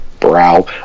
brow